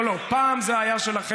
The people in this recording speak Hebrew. לא, לא, פעם זה היה שלכם,